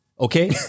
Okay